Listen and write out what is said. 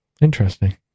interesting